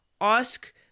ask